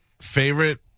favorite